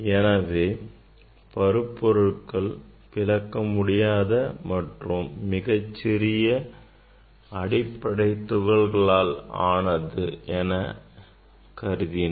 எனவே பருப்பொருட்கள் பிளக்க முடியாத மற்றும் மிகச்சிறிய அடிப்படைத் துகள்களால் ஆனது என அக்காலத்தில் கருதினர்